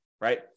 right